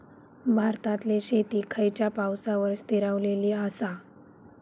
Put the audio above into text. भारतातले शेती खयच्या पावसावर स्थिरावलेली आसा?